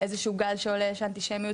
איזשהו גל שעולה של אנטישמיות,